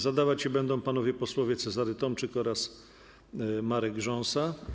Zadawać je będą panowie posłowie Cezary Tomczyk oraz Marek Rząsa.